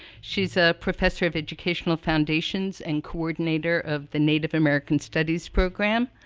she's a professor of educational foundations, and coordinator of the native american studies program.